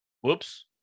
whoops